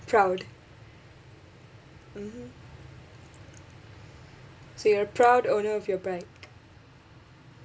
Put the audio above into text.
proud mmhmm so you're a proud owner of your bike